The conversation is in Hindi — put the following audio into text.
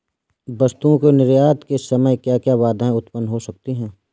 वस्तुओं के निर्यात के समय क्या क्या बाधाएं उत्पन्न हो सकती हैं?